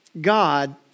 God